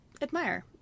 admire